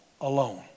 alone